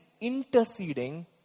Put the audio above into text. interceding